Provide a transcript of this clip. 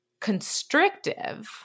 constrictive